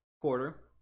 quarter